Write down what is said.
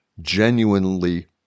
genuinely